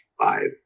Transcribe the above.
five